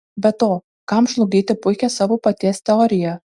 be to kam žlugdyti puikią savo paties teoriją